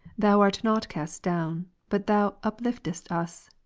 thou art not cast down, but thou upliftest us